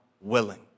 willing